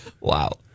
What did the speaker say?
Wow